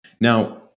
Now